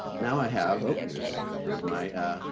now i have oh, there's there's my